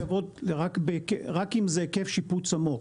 הן לא מחויבות, רק אם זה היקף שיפוץ עמוק,